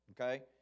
okay